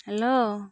hello